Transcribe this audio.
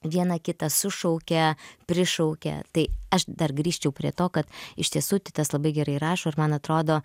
vieną kitą sušaukia prišaukia tai aš dar grįžčiau prie to kad iš tiesų titas labai gerai rašo ir man atrodo